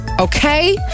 Okay